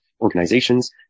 organizations